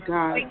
God